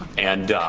and